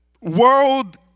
World